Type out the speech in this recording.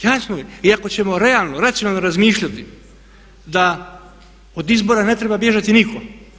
Jasno je, jasno je i ako ćemo realno, racionalno razmišljati da od izbora ne treba bježati nitko.